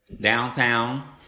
downtown